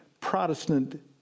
protestant